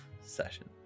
session